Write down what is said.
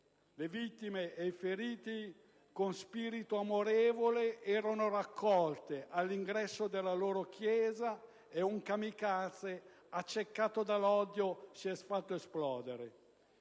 feriti. I fedeli con spirito amorevole erano raccolti all'interno della loro chiesa e un *kamikaze* accecato dall'odio vi si è fatto esplodere.